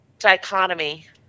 dichotomy